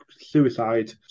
suicide